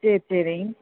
சரி சேரிங்க